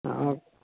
तऽ आब